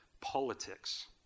politics